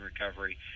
recovery